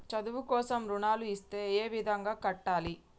చదువు కోసం రుణాలు ఇస్తే ఏ విధంగా కట్టాలి?